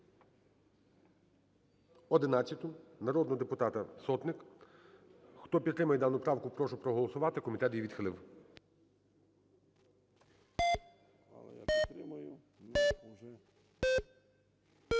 11 народного депутата Сотник. Хто підтримує дану правку, прошу проголосувати. Комітет її відхилив.